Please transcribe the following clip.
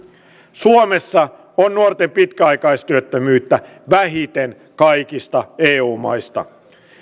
suomessa on nuorten pitkäaikaistyöttömyyttä vähiten kaikista eu maista